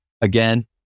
again